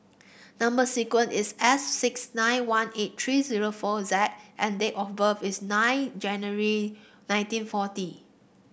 number sequence is S six nine one eight three zero four Z and date of birth is nine January nineteen forty